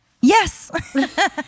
Yes